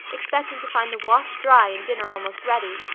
expecting to find the wash dry and dinner almost ready.